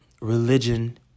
religion